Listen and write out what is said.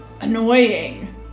annoying